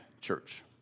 church